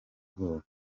ubwoba